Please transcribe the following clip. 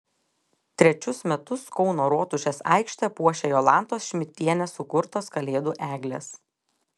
trečius metus kauno rotušės aikštę puošia jolantos šmidtienės sukurtos kalėdų eglės